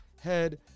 Head